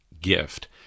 gift